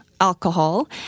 alcohol